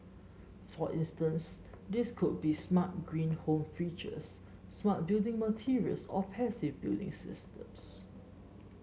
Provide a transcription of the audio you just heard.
for instance these could be smart green home features smart building materials or passive building systems